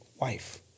wife